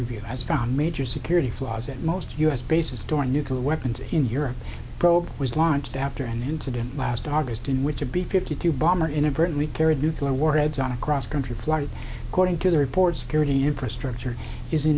review has found major security flaws at most u s bases store nuclear weapons in europe probe was launched after an incident last august in which a b fifty two bomber inadvertently carried nuclear warheads on a cross country flight according to the reports purity infrastructure is